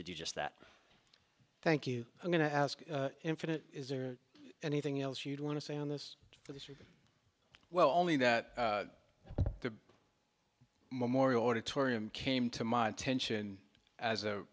to do just that thank you i'm going to ask infinite is there anything else you'd want to say on this well only that the memorial auditorium came to my attention as a